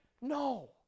No